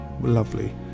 lovely